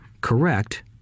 correct